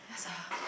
yeah sia